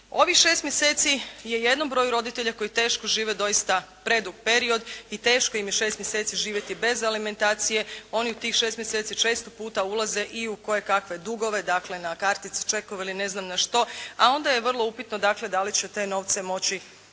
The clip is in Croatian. Ovih 6 mjeseci je jednom broju roditelja koji teško žive doista predug period i teško im je 6 mjeseci živjeti bez alimentacije. Oni u tih 6 mjeseci često puta ulaze i u kojekakve dugove, dakle na kartice, čekove ili ne znam na što, a onda je vrlo upitno dakle da li će te novce moći